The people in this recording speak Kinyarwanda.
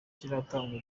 kiratangwa